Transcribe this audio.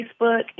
Facebook